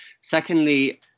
Secondly